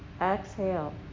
Exhale